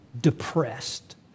depressed